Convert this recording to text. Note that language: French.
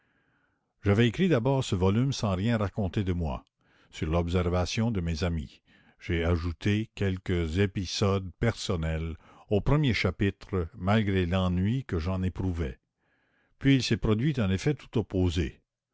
j'avais écrit d'abord ce volume sans rien raconter de moi sur l'observation de mes amis j'ai ajouté quelques épisodes personnels aux premiers chapitres malgré l'ennui que j'en éprouvais puis il s'est produit un effet tout opposé